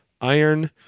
iron